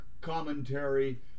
commentary